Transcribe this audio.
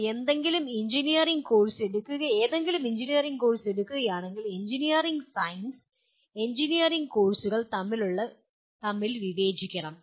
നിങ്ങൾ ഏതെങ്കിലും engineering course എടുക്കുകയാണെങ്കിൽ എഞ്ചിനീയറിംഗ് സയൻസ് എഞ്ചിനീയറിംഗ് കോഴ്സുകൾ തമ്മിൽ വിവേചിക്കണം